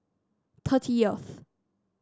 thirtieth